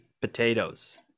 potatoes